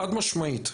חד משמעית,